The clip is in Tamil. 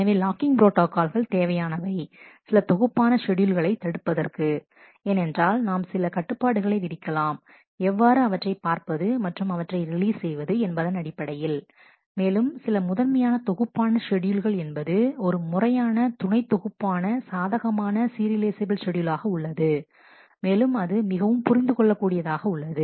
எனவே லாக்கிங் ப்ரோட்டா கால்கள் தேவையானவை சில தொகுப்பான ஷெட்யூல்களை தடுப்பதற்கு ஏனென்றால் நாம் சில கட்டுப்பாடுகளை விதிக்கலாம் எவ்வாறு அவற்றை பார்ப்பது மற்றும் அவற்றை ரிலீஸ் செய்வது என்பதன் அடிப்படையில் மேலும் சில முதன்மையான தொகுப்பான ஷெட்யூல்கள் என்பது ஒரு முறையான துணை தொகுப்பான சாதகமான சீரியலைஃசபில் ஷெட்யூல் ஆக உள்ளது மேலும் அது மிகவும் புரிந்து கொள்ள கூடியதாக உள்ளது